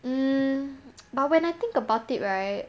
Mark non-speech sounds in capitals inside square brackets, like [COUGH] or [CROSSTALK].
mm [NOISE] but when I think about it right